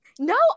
No